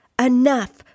enough